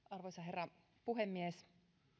arvoisa herra puhemies